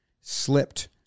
slipped